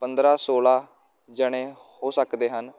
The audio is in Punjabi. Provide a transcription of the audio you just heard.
ਪੰਦਰਾਂ ਸੋਲ੍ਹਾਂ ਜਣੇ ਹੋ ਸਕਦੇ ਹਨ